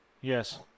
Yes